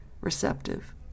receptive